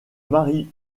marient